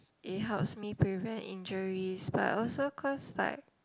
it helps me prevent injuries but also cause like